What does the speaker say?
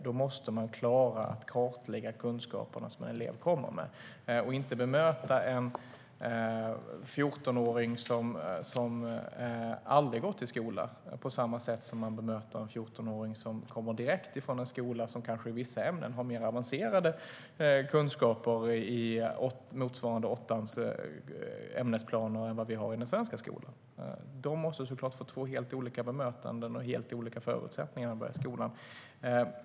Då måste man klara att kartlägga de kunskaper som en elev kommer med och inte bemöta en 14-åring som aldrig har gått i skola på samma sätt som man bemöter en 14-åring som kommer direkt från en skola som kanske i vissa ämnen har mer avancerade kunskaper motsvarande åttans ämnesplaner än vad vi har i den svenska skolan. De måste såklart få helt olika bemötande och helt olika förutsättningar för att börja skolan.